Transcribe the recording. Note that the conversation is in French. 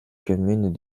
commune